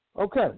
Okay